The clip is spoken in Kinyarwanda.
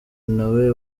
nawe